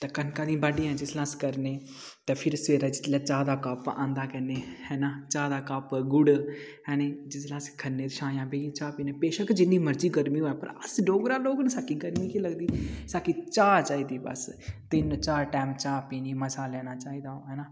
ते कनकां दियां बाड़ियां जिसलै अस करने ते फिर जिसलै चाह् दा कप आंदा कन्नै चाह् दा कप गुड़ ऐ नी जिसलै अस छामां बेहियै चाह् पीन्ने बेशक्क जिन्नी मर्ज़ी गर्मी होऐ पर अस डोगरा लोग असेंगी गर्मी केह् लगदी असें चाह् चाहिदी बस तीन टैम चार टैम चाह् पीनी मज़ा लैना चाह् दा